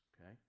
okay